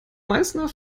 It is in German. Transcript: meißner